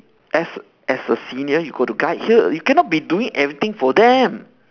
as as a senior you got to guide her you cannot be doing everything for them